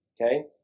Okay